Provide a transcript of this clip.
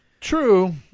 True